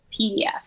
PDF